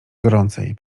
gorącej